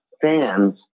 fans